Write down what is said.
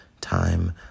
Time